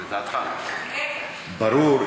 ברור.